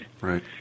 right